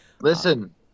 Listen